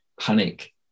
panic